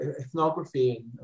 ethnography